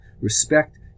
respect